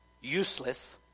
useless